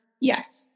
Yes